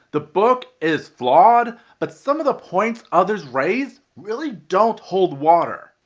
the book is flawed but some of the points other raised really don't hold water.